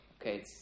Okay